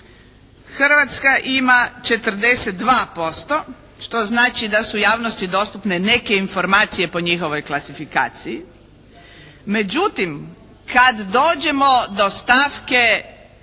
Hrvatska ima 42% što znači da su javnosti dostupne neke informacije po njihovoj klasifikaciji. Međutim, kad dođemo do stavke